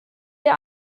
der